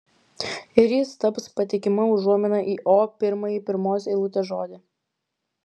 ir jis taps patikima užuomina į o pirmąjį pirmos eilutės žodį